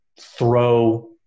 throw